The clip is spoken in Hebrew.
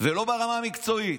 ולא ברמה המקצועית.